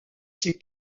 ses